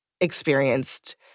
experienced